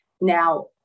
Now